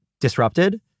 disrupted